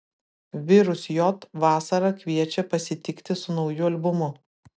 virus j vasarą kviečia pasitikti su nauju albumu